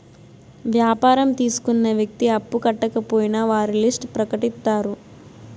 వ్యాపారం తీసుకున్న వ్యక్తి అప్పు కట్టకపోయినా వారి లిస్ట్ ప్రకటిత్తారు